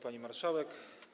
Pani Marszałek!